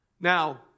Now